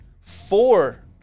four